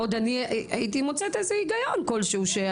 עוד אני הייתי מוצאת איזה הגיון כלשהי.